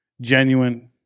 genuine